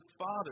father